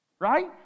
Right